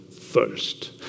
first